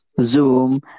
Zoom